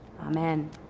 Amen